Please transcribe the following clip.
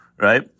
right